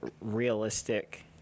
realistic